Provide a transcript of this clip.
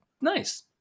Nice